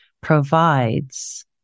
provides